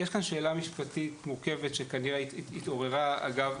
יש כאן שאלה משפטית מורכבת שהתעוררה אגב,